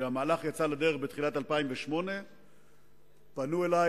כשהמהלך יצא לדרך בתחילת 2008 פנו אלי